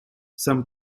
some